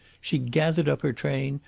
she gathered up her train,